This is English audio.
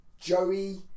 Joey